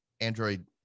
Android